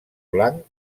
blanc